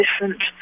different